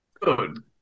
Good